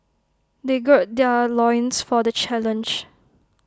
they gird their loins for the challenge